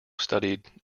studied